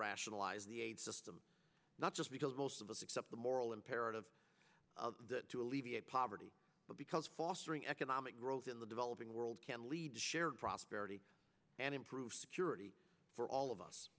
rationalize the system not just because most of us accept the moral imperative to alleviate poverty but because fostering economic growth in the developing world can lead to shared prosperity and improve security for all of us